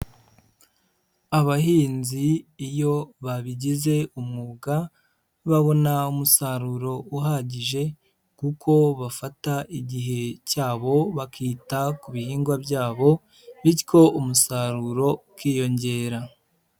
Abahinzi iyo babigize umwuga, babona umusaruro uhagije kuko bafata igihe cyabo bakita ku bihingwa byabo, bityo umusaruro ukiyongera.